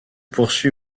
poursuit